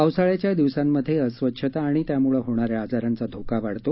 पावसाळ्याच्या दिवसांमध्ये अस्वच्छता आणि त्यामुळे होणाऱ्या आजारांचा धोका वाढतो